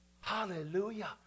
Hallelujah